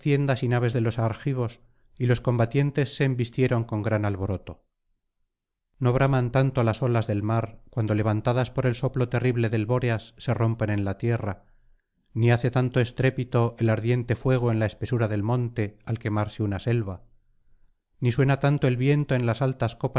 naves de los argivos y los combatientes se embistieron con gran alboroto no braman tanto las olas del mar cuando levantadas por el soplo terrible del bóreas se rompen en la tierra ni hace tanto estrépito el ardiente fuego en la espesura del monte al quemarse una selva ni suena tanto el viento en las altas copas